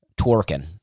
twerking